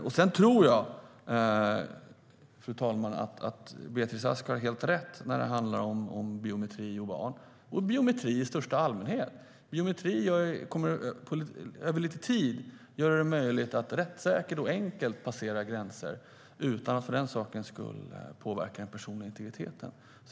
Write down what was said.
Jag tror, fru talman, att Beatrice Ask har helt rätt när det handlar om biometri och barn och om biometri i största allmänhet. Biometri kommer över lite tid att göra det möjligt att rättssäkert och enkelt passera gränser utan att för den sakens skull påverka den personliga integriteten.